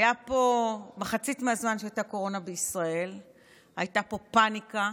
במחצית הזמן שהייתה קורונה בישראל הייתה פה פניקה,